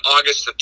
August